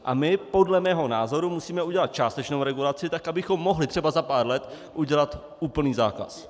A my podle mého názoru musíme udělat částečnou regulaci tak, abychom mohli třeba za pár let udělat úplný zákaz.